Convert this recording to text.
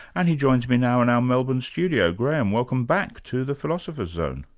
and he joins me now in our melbourne studio. graham, welcome back to the philosopher's zone.